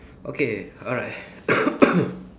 okay alright